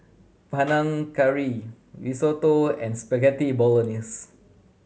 Panang Curry Risotto and Spaghetti Bolognese